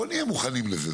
בואו נהיה מוכנים לזה.